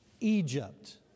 Egypt